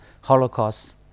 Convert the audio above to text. Holocaust